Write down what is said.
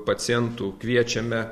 pacientų kviečiame